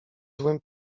złym